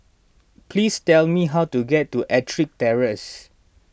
please tell me how to get to Ettrick Terrace